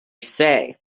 say